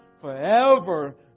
forever